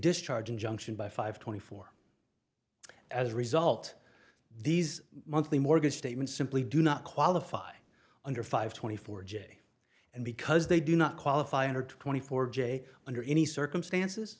discharge injunction by five twenty four as a result these monthly mortgage statements simply do not qualify under five twenty four j and because they do not qualify under twenty four j under any circumstances